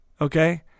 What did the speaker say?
okay